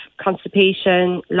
constipation